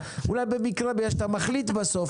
אולי במקרה בגלל שאתה מחליט בסוף,